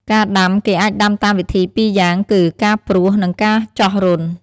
ការដាំ គេអាចដាំតាមវិធីពីរយ៉ាងគឺ ការព្រោះ និងការចោះរន្ធ។